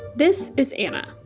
this is anna.